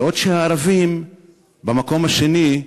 בעוד הערבים במקום השני,